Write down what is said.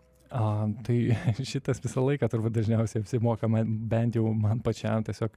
a tai šitas visą laiką turbūt dažniausiai apsimoka man bent jau man pačiam tiesiog